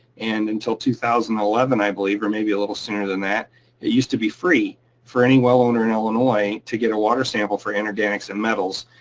and until two thousand, i believe, or maybe a little sooner than that, it used to be free for any well owner in illinois to get a water sample for inorganics and metals.